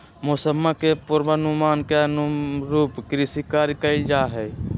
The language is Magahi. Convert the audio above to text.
मौसम्मा के पूर्वानुमान के अनुरूप कृषि कार्य कइल जाहई